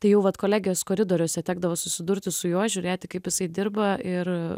tai vat jau kolegijos koridoriuose tekdavo susidurti su juo žiūrėti kaip jisai dirba ir